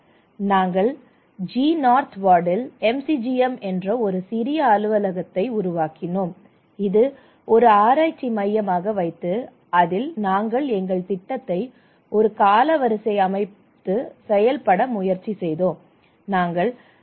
நாங்கள் G north வார்டில் MCGM என்ற ஒரு சிறிய அலுவலகத்தை உருவாக்கினோம் இது ஒரு ஆராய்ச்சி மையமாக வைத்து அதில் நாங்கள் எங்கள் திட்டத்தை ஒரு காலவரிசை அமைத்து செயல்பட முயற்சி செய்தோம்